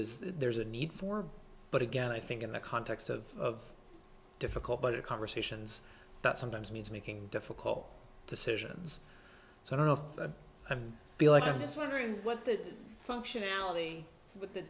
is there's a need for but again i think in the context of difficult but it conversations that sometimes means making difficult decisions so i don't know and feel like i'm just wondering what that functionality what th